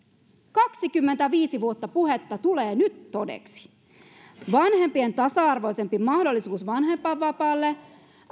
kaksikymmentäviisi vuotta puhetta tulee nyt todeksi vanhempien tasa arvoisempi mahdollisuus vanhempainvapaalle